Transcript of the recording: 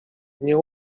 nie